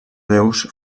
déus